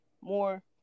more